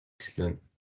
Excellent